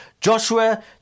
Joshua